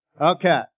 Okay